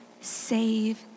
save